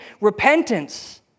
repentance